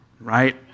Right